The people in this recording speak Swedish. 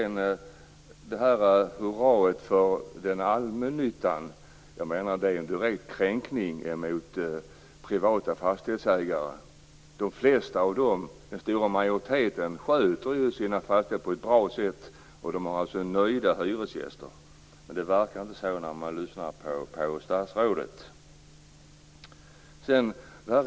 Hurrandet för allmännyttan innebär en kränkning av privata fastighetsägare. Den stora majoriteten sköter ju sina fastigheter på ett bra sätt, och de har nöjda hyresgäster. Men det verkar inte så när man lyssnar på statsrådet.